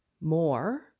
More